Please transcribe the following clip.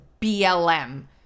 BLM